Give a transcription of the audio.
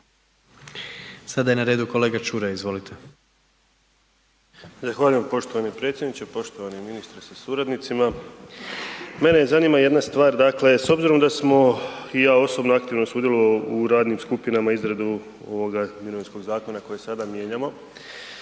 Sada je na redu kolega Čuraj, izvolite. **Čuraj, Stjepan (HNS)** Zahvaljujem poštovani predsjedniče, poštovani ministre sa suradnicima. Mene zanima jedna stvar, dakle s obzirom da smo i ja osobno aktivno sudjelovao u radnim skupinama, izradu ovoga mirovinskog zakona koji sada mijenjamo